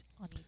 on